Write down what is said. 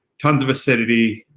tons of acidity,